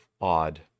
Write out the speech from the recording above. odd